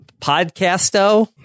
Podcasto